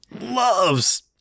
loves